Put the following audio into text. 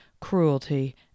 cruelty